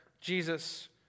Jesus